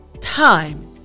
time